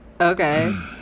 Okay